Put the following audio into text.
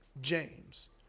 James